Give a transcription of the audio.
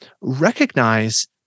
recognize